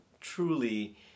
truly